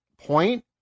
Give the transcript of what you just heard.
point